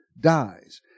dies